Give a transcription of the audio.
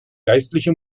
geistliche